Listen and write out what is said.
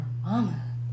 mama